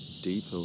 deeper